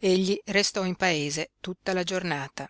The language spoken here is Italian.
egli restò in paese tutta la giornata